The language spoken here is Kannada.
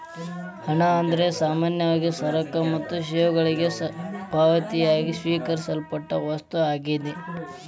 ಹಣ ಅಂದ್ರ ಸಾಮಾನ್ಯವಾಗಿ ಸರಕ ಮತ್ತ ಸೇವೆಗಳಿಗೆ ಪಾವತಿಯಾಗಿ ಸ್ವೇಕರಿಸಲ್ಪಟ್ಟ ವಸ್ತು ಆಗ್ಯಾದ